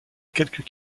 quelques